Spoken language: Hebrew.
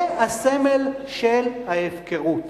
זה הסמל של ההפקרות.